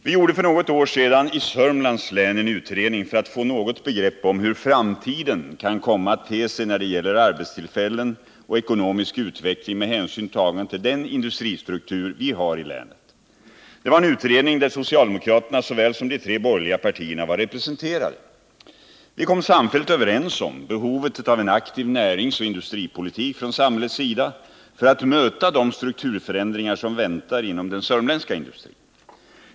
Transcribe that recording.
Vi gjorde för något år sedan i Södermanlands län en utredning för att få något begrepp om hur framtiden kan komma att te sig när det gäller arbetstillfällen och ekonomisk utveckling med hänsyn tagen till den industristruktur som vi har i länet. Det var en utredning där såväl socialdemokraterna som de tre borgerliga partierna var representerade. Vi var samfällt överens om behovet av en aktiv näringsoch industripolitik från samhällets sida för att möta de strukturförändringar som väntar inom den sörmländska industrin.